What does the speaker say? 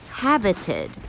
Habited